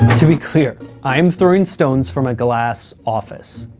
to be clear, i am throwing stones from a glass office.